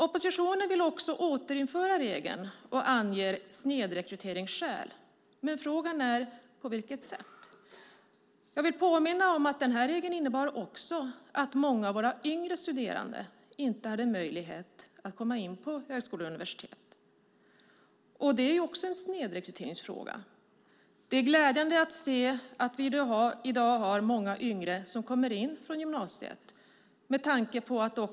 Oppositionen vill återinföra denna regel och anger som skäl att man vill motverka snedrekrytering. Frågan är på vilket sätt. Jag vill påminna om att denna regel också innebar att många yngre studerande inte hade möjlighet att komma in på högskolor och universitet. Det är också en form av snedrekrytering. Det är glädjande att vi i dag har många yngre som kommer in direkt från gymnasiet.